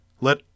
Let